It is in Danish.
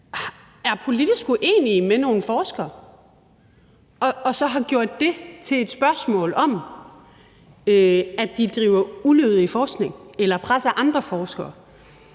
er politisk uenige med nogle forskere og så har gjort det til et spørgsmål om, at de driver ulødig forskning eller presser andre forskere.